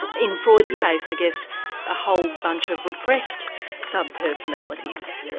in freud's case i guess a whole bunch of repressed sub-personalities.